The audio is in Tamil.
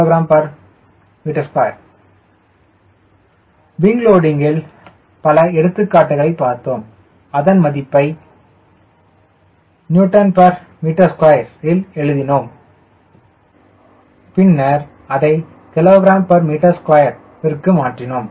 5kgm2 விங் லோடிங்கில் பல எடுத்துக்காட்டுகளை பார்த்தோம் அதன் மதிப்பை Nm2 யில் எழுதினோம் பின்னர் அதை kgm2 விற்கு மாற்றினோம்